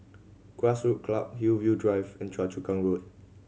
Grassroot Club Hillview Drive and Choa Chu Kang Road